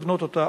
לבנות אותה.